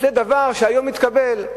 זה דבר שהיום מתקבל.